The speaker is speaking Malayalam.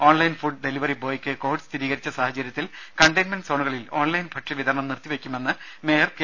ഓൺലൈൻ ഫുഡ് ഡെലിവറി ബോയ്ക്ക് കോവിഡ് സ്ഥിരീകരിച്ച സാഹചര്യത്തിൽ കണ്ടെയിൻമെന്റ് സോണുകളിൽ ഓൺലൈൻ ഭക്ഷ്യ വിതരണം നിർത്തി വെക്കുമെന്ന് മേയർ കെ